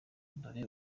dore